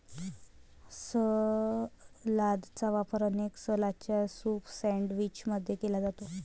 सलादचा वापर अनेकदा सलादच्या सूप सैंडविच मध्ये केला जाते